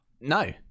No